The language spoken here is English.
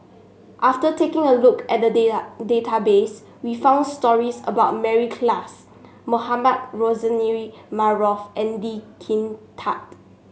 after taking a look at the data database we found stories about Mary Klass Mohamed Rozani Maarof and Lee Kin Tat